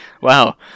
wow